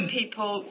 people